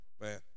Man